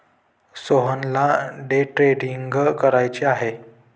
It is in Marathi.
सोहनला डे ट्रेडिंग करायचे आहे